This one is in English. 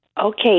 Okay